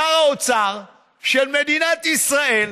שר האוצר של מדינת ישראל